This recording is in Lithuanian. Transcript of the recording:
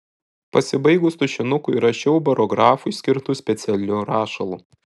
pasibaigus tušinukui rašiau barografui skirtu specialiu rašalu